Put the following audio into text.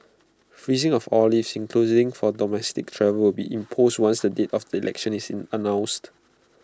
freezing of all leave including for domestic travel will be imposed once the date of the election is in announced